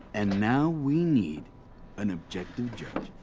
and now we need an objective judge.